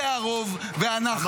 זה הרוב, ואנחנו הרוב.